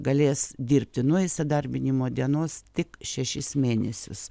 galės dirbti nuo įsidarbinimo dienos tik šešis mėnesius